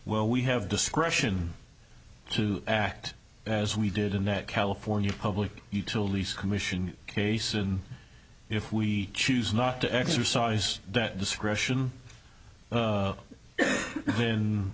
well we have discretion to act as we did in that california public utilities commission case and if we choose not to exercise that discretion